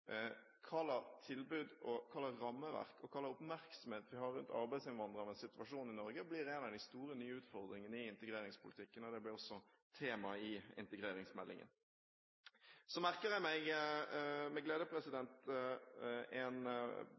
tilbud, hva slags rammer og hva slags oppmerksomhet vi har rundt arbeidsinnvandrernes situasjon i Norge, blir en av de store nye utfordringene i integreringspolitikken, og det blir også tema i integreringsmeldingen. Så merker jeg meg med glede en